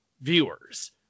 viewers